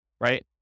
right